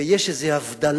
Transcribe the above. ויש איזו הבדלה,